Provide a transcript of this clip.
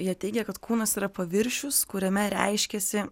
jie teigia kad kūnas yra paviršius kuriame reiškiasi